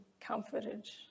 comforted